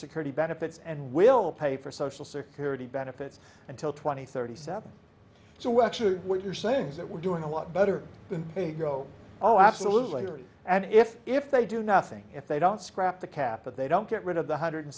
security benefits and we'll pay for social security benefits until twenty thirty seven so actually what you're saying is that we're doing a lot better than pedro oh absolutely and if if they do nothing if they don't scrap the cap but they don't get rid of the hundred